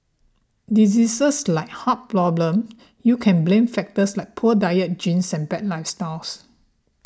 diseases like heart problem you can blame factors like poor diet genes same bad lifestyle